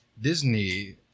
Disney